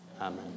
Amen